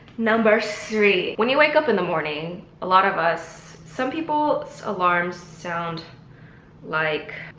number three when you wake up in the morning a lot of us. some people's alarm sound like.